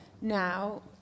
now